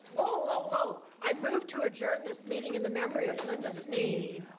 oh, oh. i move to adjourn this meeting in the memory of linda sneen,